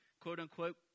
quote-unquote